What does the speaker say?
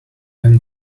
them